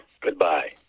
Goodbye